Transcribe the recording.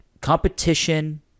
competition